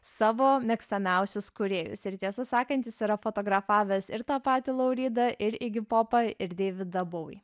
savo mėgstamiausius kūrėjus ir tiesą sakant jis yra fotografavęs ir tą patį lauridą ir igi popą ir deividą buvį